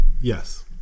Yes